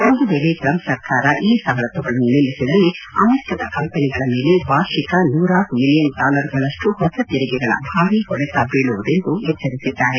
ಒಂದು ವೇಳೆ ಟ್ರಂಪ್ ಸರ್ಕಾರ ಈ ಸವಲತ್ತುಗಳನ್ನು ನಿಲ್ಲಿಸಿದಲ್ಲಿ ಅಮೆರಿಕದ ಕಂಪೆನಿಗಳ ಮೇಲೆ ವಾರ್ಷಿಕ ನೂರಾರು ಮಿಲಿಯನ್ ಡಾಲರ್ಗಳಷ್ಟು ಹೊಸ ತೆರಿಗೆಗಳ ಭಾರೀ ಹೊಡೆತ ಬೀಳುವುದೆಂದು ಎಚ್ಲರಿಸಿದ್ದಾರೆ